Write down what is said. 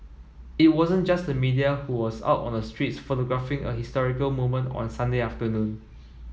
it wasn't just the media who was out on the streets photographing a historical moment on Sunday afternoon